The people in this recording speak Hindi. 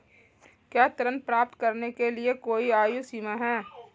क्या ऋण प्राप्त करने के लिए कोई आयु सीमा है?